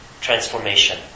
transformation